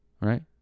right